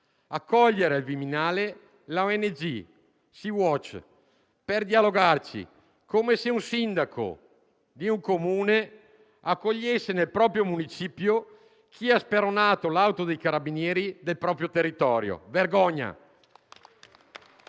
i rappresentanti della ONG Sea-Watch per dialogarci, come se un sindaco di un Comune accogliesse nel municipio chi ha speronato l'auto dei Carabinieri del proprio territorio. Vergogna!